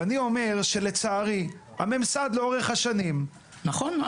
ואני אומר שלצערי הממסד לאורך השנים משלים